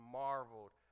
marveled